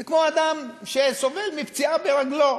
זה כמו אדם שסובל מפציעה ברגלו,